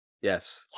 Yes